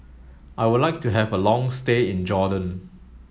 I would like to have a long stay in Jordan